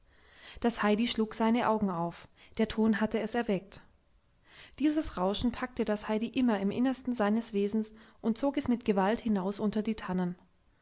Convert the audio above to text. das heidi schlug seine augen auf der ton hatte es erweckt dieses rauschen packte das heidi immer im innersten seines wesens und zog es mit gewalt hinaus unter die tannen